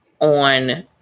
on